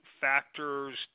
factors